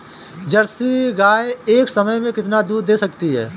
Jersey गाय एक समय में कितना दूध दे सकती है?